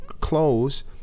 close